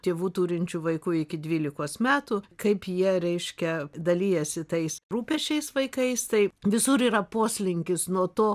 tėvų turinčių vaikų iki dvylikos metų kaip jie reiškia dalijasi tais rūpesčiais vaikais tai visur yra poslinkis nuo to